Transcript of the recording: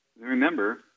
Remember